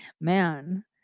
man